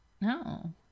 No